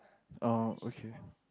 oh okay